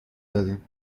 داریم